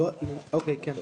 כן.